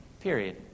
period